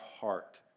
heart